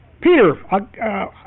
Peter